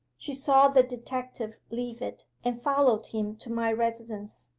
she saw the detective leave it, and followed him to my residence.